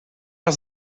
are